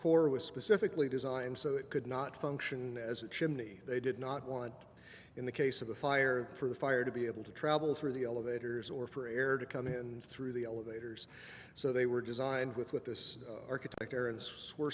core was specifically designed so it could not function as a chimney they did not want in the case of a fire for the fire to be able to travel through the elevators or for air to come in through the elevators so they were designed with with this architect air and sw